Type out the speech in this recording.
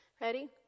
Ready